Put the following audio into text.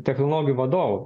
technologijų vadovu